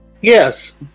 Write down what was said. Yes